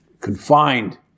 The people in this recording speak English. confined